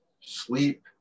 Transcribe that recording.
sleep